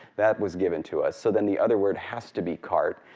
that was given to us. so then the other word has to be cart,